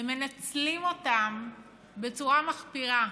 ומנצלים אותם בצורה מחפירה.